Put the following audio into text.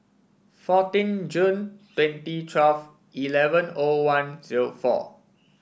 fourteen June twenty twelve eleven O one zero four